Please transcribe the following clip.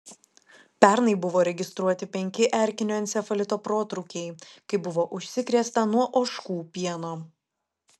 pernai buvo registruoti penki erkinio encefalito protrūkiai kai buvo užsikrėsta nuo ožkų pieno